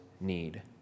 need